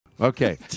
Okay